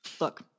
Look